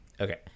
Okay